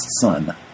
son